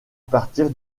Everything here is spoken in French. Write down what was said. partir